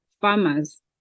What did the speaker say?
farmers